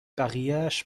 بقیهاش